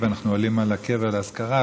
ואנחנו עולים לקבר לאזכרה,